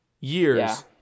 years